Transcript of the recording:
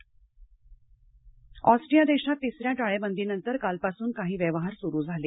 Austria टाळेबंदी Austria देशात तिसऱ्या टाळेबंदीनंतर कालपासून काही व्यवहार स्रू झाले